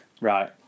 Right